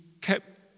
kept